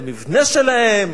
זה מבנה שלהם,